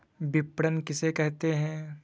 विपणन किसे कहते हैं?